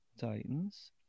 titans